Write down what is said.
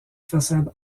façade